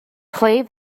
play